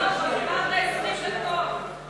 את רואה, יש לי אפילו עשר דקות ו-12 שניות.